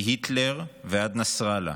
מהיטלר ועד נסראללה,